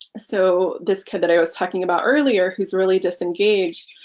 so this kid that i was talking about earlier who's really disengaged,